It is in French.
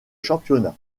championnat